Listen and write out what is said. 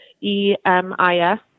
E-M-I-S